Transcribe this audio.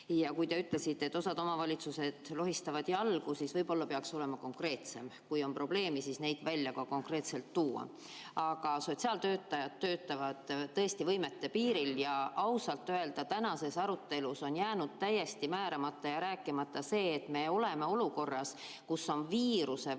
Ja kui te ütlesite, et osa omavalitsusi lohistab jalgu järel, siis võib-olla peaks olema konkreetsem – kui on probleeme, siis need tuleb ka konkreetselt välja tuua. Aga sotsiaaltöötajad töötavad tõesti võimete piiril. Ausalt öelda on tänases arutelus jäänud täiesti määramata ja rääkimata see, et me oleme olukorras, kus on viiruse väga